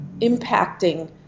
impacting